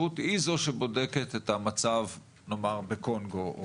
היא זאת שבודקת את המצב בקונגו למשל,